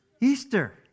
Easter